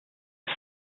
ist